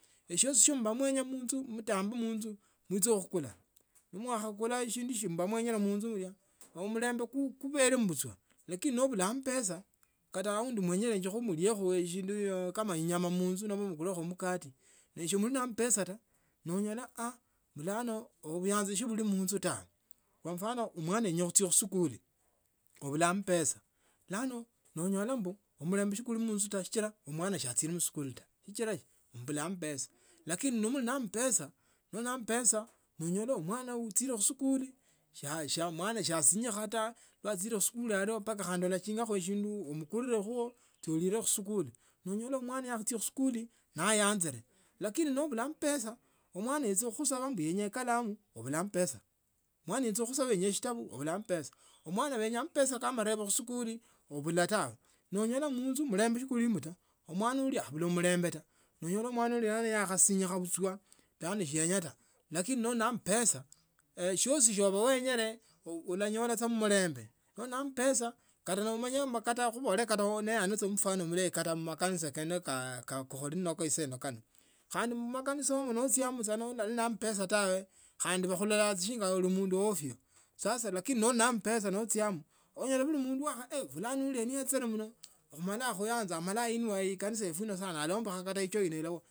Eshiosi shiba mwenya munzu mtamba munzu muicha khukwa pnamwakhakula shindu shiba mwenyele munzu lya ne mulembe kubehemo buachwa lakini nabula ambesa kata aundi mwenyilekho muliekho shindu kama inyama munzu nomba mkulekho mkate nesili na ambesa na nonyola bulano buyanzi si buli munzu taa kwa mfano mwana yenye khuchia khusikuli nobula ambesa bulano noonyola mulembe sikuli munzu sichila omwana sachile khusikuli taa sachila mubula ambesa lakini nomule na ambesa na muli na ambesa nonyola omwana achile khusikuli mpaka alakingakho shindu umukulelekho cho ulile msikuli no onyola mwana yakharahia khusikuli neyanzile lakini nobula ambesa amwana yecha khusaba bulano yenye ekalamu obula ambesamwangu yecha khusabaa yenya esitabu obula ambesa omwane benya amapesa kee marebo khusikuli obula ambesa obula ta nonyola munzu mulembe sikulimo taa omwana uleya abula mulembe taa nonyola mwana huyo yakhasinyikha yakhasinyishwa bulano siyenya taa lakini ndi na ambesa shiosi shioba noenyele ulanyola mu mulembe. kho ambesa kota nomanya kata khubele ne ano khuechia mfano mulayi kata mmakanisa kee khuli nako saino khandi mkanisa mno nochamo ndi nende ambesa tawe khandi bakulda shinga uli mundu ofyo sasa lakini noli na ambesa nodhiamo nolola mundu eph fulani neyechile mno amala akhuyanza amala efunile ekanisa alaembokha icho inzoilawa